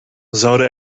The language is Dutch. zouden